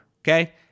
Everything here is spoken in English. okay